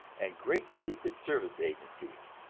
and great secret service agencies,